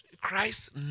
Christ